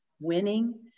winning